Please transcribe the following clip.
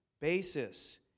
basis